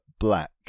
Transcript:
Black